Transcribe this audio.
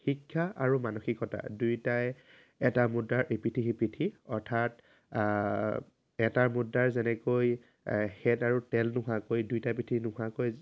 শিক্ষা আৰু মানসিকতা দুয়োটাই এটা মুদ্ৰাৰ ইপিঠি সিপিঠি অৰ্থাৎ এটা মুদ্ৰাৰ যেনেকৈ হেড আৰু টেল দুভাগকৈ দুটা পিঠি নোহোৱাকৈ